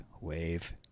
Wave